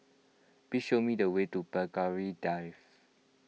please show me the way to Belgravia Drive